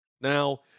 now